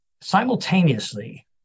simultaneously